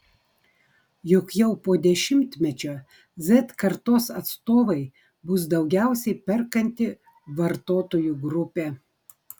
juk jau po dešimtmečio z kartos atstovai bus daugiausiai perkanti vartotojų grupė